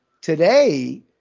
today